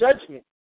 judgment